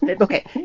okay